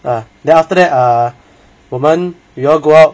ah then after that err 我们 we all go out